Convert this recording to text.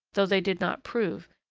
though they did not prove,